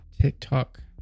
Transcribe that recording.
TikTok